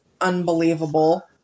unbelievable